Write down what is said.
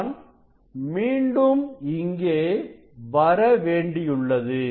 நான் மீண்டும் இங்கே வர வேண்டியுள்ளது